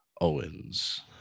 Owens